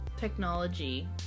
technology